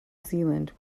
zealand